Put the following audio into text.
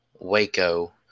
Waco